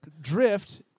Drift